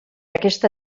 aquesta